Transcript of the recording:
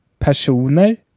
personer